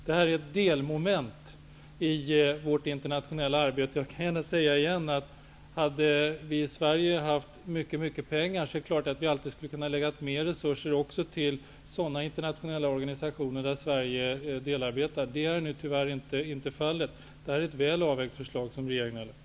Detta är ett delmoment i vårt internationella arbete. Jag kan åter säga att om vi i Sverige hade haft mycket pengar, är det klart att större resurser skulle kunna avsättas också till sådana internationella organisationer som Sverige är delarbetare i. Detta är tyvärr inte fallet. Det här är ett väl avvägt beslut som regeringen har fattat.